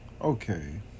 okay